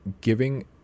giving